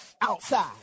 outside